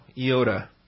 Iota